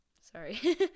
sorry